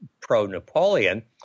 pro-Napoleon